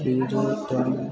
બીજું જોઈએ તો